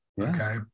Okay